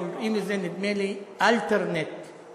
קוראים לזה נדמה לי alternate member.